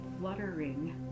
fluttering